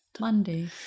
Monday